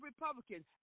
Republicans